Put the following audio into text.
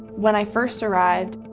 when i first arrived,